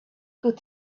could